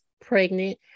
pregnant